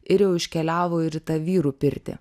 ir jau iškeliavo ir į tą vyrų pirtį